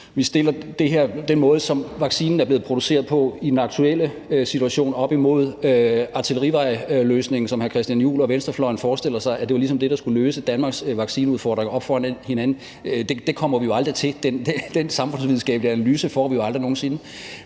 at stille den måde, vaccinen er blevet produceret på i den aktuelle situation, op imod Artillerivejløsningen, som hr. Christian Juhl og venstrefløjen forestiller sig, altså at det ligesom var det, der skulle løse Danmarks vaccineudfordringer. Den samfundsvidenskabelige analyse får vi aldrig nogen sinde.